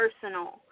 personal